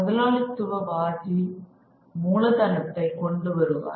முதலாளித்துவ வாதி மூலதனத்தைக் கொண்டு வருவார்